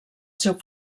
seu